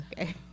Okay